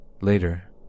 Later